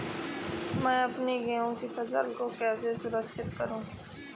मैं अपनी गेहूँ की फसल को कैसे सुरक्षित करूँ?